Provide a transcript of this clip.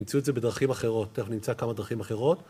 ‫ימצאו את זה בדרכים אחרות, ‫תכף נמצא כמה דרכים אחרות.